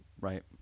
right